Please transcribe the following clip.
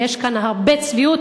ויש כאן הרבה צביעות